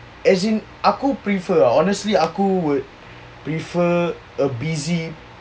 as in aku prefer [tau] honestly aku would prefer a busy